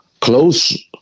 close